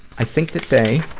i think that they